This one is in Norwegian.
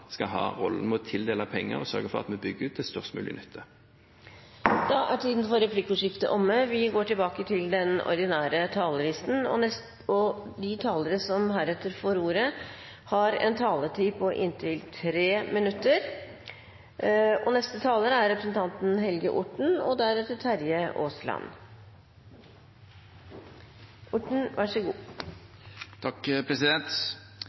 skal ha rollen å tildele penger og sørge for at vi bygger ut til størst mulig nytte. Replikkordskiftet er omme. De talere som heretter får ordet, har en taletid på inntil 3 minutter. Vi har et næringsliv og en maritim klynge som over tid har vist stor omstillingsevne og innovasjonskraft, og som har vært tidlig ute med å ta i bruk ny og